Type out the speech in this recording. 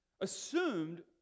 assumed